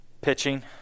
Pitching